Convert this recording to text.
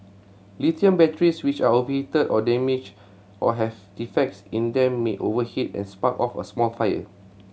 lithium batteries which are overheated or damage or have defects in them may overheat and spark off a small fire